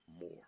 more